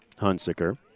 Hunsicker